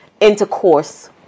intercourse